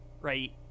Right